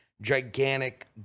gigantic